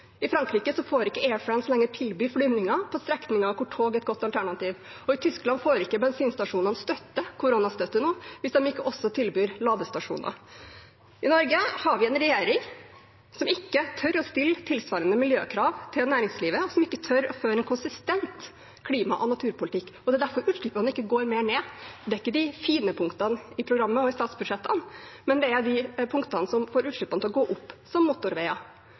I Frankrike får ikke Air France lenger tilby flyvninger på strekninger hvor tog er et godt alternativ, og i Tyskland får ikke bensinstasjonene koronastøtte hvis de ikke også tilbyr ladestasjoner. I Norge har vi en regjering som ikke tør å stille tilsvarende miljøkrav til næringslivet, og som ikke tør å føre en konsistent klima- og naturpolitikk. Det er derfor utslippene ikke går mer ned. Det er ikke de fine punktene i programmet og i statsbudsjettene, men det er de punktene som får utslippene til å gå opp, som motorveier,